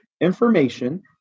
information